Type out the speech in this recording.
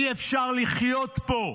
אי-אפשר לחיות פה.